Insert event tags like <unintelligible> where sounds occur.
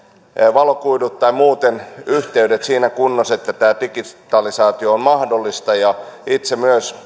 valokuidut tai muuten yhteydet siinä kunnossa että tämä digitalisaatio on mahdollista myös <unintelligible>